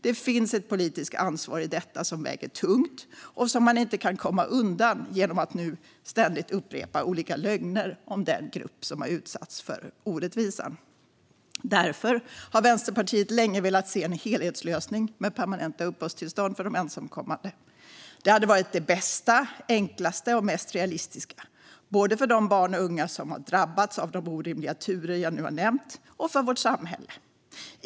Det finns ett politiskt ansvar i detta som väger tungt och som man inte kan komma undan genom att nu ständigt upprepa olika lögner om den grupp som har utsatts för orättvisan. Därför har Vänsterpartiet länge velat se en helhetslösning med permanenta uppehållstillstånd för de ensamkommande. Det hade varit det bästa, enklaste och mest realistiska - både för de barn och unga som har drabbats av de orimliga turer jag nu har nämnt och för vårt samhälle.